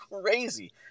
crazy